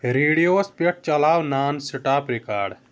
ریڈیووَس پٮ۪ٹھ چلاو non stop record